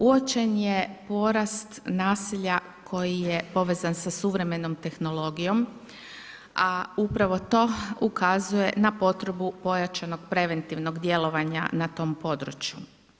Uočen je porast nasilja koji je povezan sa suvremenom tehnologijom, a upravo to ukazuje na potrebu pojačanog preventivnog djelovanja na tom području.